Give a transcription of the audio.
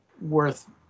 worth